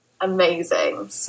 Amazing